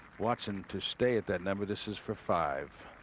watson to stay at that number. this is for five.